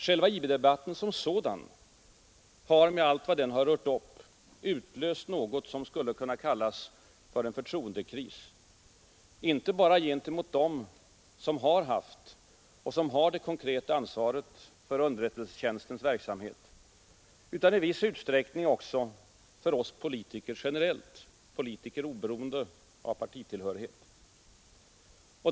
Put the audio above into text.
Själva IB-debatten som sådan har med allt vad den rört upp utlöst något som skulle kunna betecknas som en förtroendekris, inte bara gentemot dem som har haft och som har det konkreta ansvaret för underrättelsetjänstens verksamhet, utan i viss utsträckning också för oss politiker generellt — oberoende av partitillhörighet.